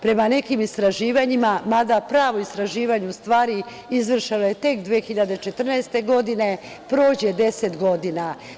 Prema nekim istraživanjima, mada pravo istraživanje u stvari izvršeno je tek 2014. godine, prođe deset godina.